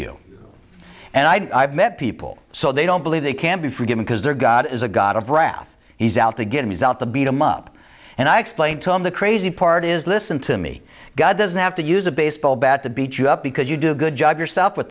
you and i've met people so they don't believe they can be forgiven because their god is a god of wrath he's out to get him he's out to beat him up and i explained to him the crazy part is listen to me god doesn't have to use a baseball bat to beat you up because you do a good job yourself with